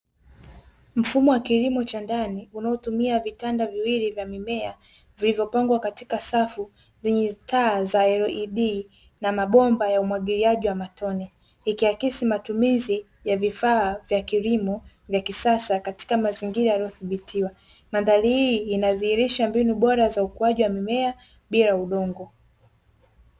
Mfumo wa kilimo cha ndani, unaotumia vitanda viwili vya mimea, vilivyopangwa katika safu zenye taa za "LED"na mabomba ya umwagiliaji wa matone, ikiakisi matumizi ya vifaa vya kilimo vya kisasa katika mazingira yaliyodhibitiwa, mandhari hii inadhihirisha mbinu bora za ukuaji wa mimea bila udongo.